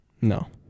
No